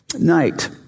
night